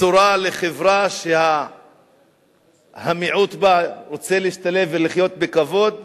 בשורה לחברה שהמיעוט רוצה להשתלב ולחיות בכבוד בתוכה?